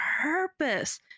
purpose